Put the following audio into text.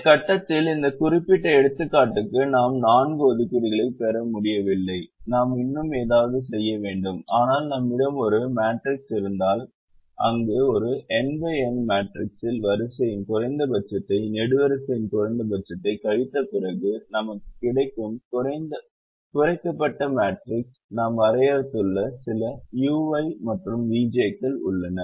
இந்த கட்டத்தில் இந்த குறிப்பிட்ட எடுத்துக்காட்டுக்கு நாம் நான்கு ஒதுக்கீடுகளைப் பெற முடியவில்லை நாம் இன்னும் ஏதாவது செய்ய வேண்டும் ஆனால் நம்மிடம் ஒரு மேட்ரிக்ஸ் இருந்தால் அங்கு ஒரு n n மேட்ரிக்ஸில் வரிசையின் குறைந்தபட்சத்தையும் நெடுவரிசை குறைந்தபட்சத்தையும் கழித்த பிறகு நமக்குக் கிடைக்கும் குறைக்கப்பட்ட மேட்ரிக்ஸ் நாம் வரையறுத்துள்ள சில ui மற்றும் vj க்கள் உள்ளன